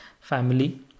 family